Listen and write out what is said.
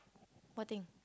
what thing